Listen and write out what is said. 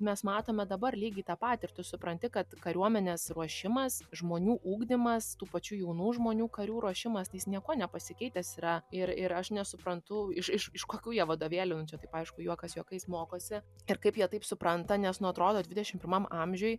mes matome dabar lygiai tą patirtį ir tu supranti kad kariuomenės ruošimas žmonių ugdymas tų pačių jaunų žmonių karių ruošimas tai jis niekuo nepasikeitęs yra ir ir aš nesuprantu iš iš iš kokių jie vadovėlių nu čia taip aišku juokas juokais mokosi ir kaip jie taip supranta nes nu atrodo dvidešim pirmam amžiuj